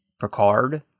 Picard